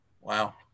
Wow